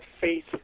faith